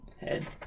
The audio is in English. Head